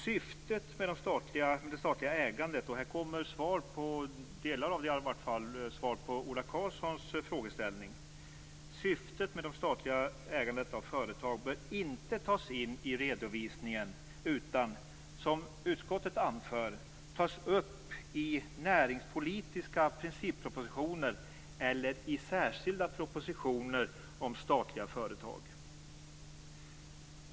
Syftet med det statliga ägandet av företag - och här kommer svar på en del av Ola Karlssons frågor - bör inte tas in i redovisningen utan, som utskottet anför, tas upp i näringspolitiska princippropositioner eller i särskilda propositioner om statliga företag.